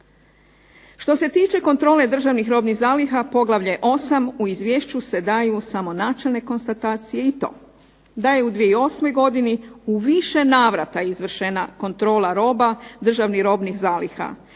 Što se tiče kontrole državnih robnih zaliha poglavlje VIII u izvješću se daju samo načelne konstatacije i to, da je u 2008. godini u više navrata izvršena kontrola roba državnih robnih zaliha,